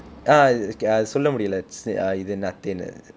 ah சொல்ல முடியல இதுன்னு நத்தைன்னு:solla mudiyala ithunnu natthainnu